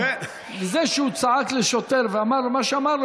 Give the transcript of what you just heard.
על זה שהוא צעק לשוטר ואמר לו מה שהוא אמר לו,